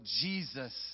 Jesus